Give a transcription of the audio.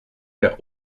der